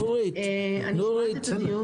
אני שומעת את הדיון